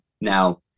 now